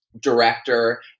director